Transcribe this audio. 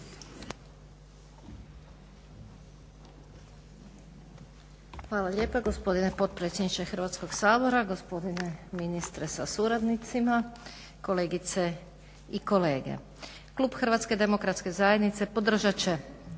Hvala lijepa gospodine potpredsjedniče Hrvatskog sabora, gospodine ministre sa suradnicima, kolegice i kolege. Klub Hrvatske demokratske zajednice podržat će